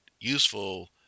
useful